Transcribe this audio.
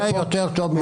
מומחה יותר טוב ממני.